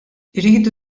iridu